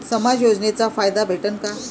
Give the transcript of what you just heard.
समाज योजनेचा फायदा भेटन का?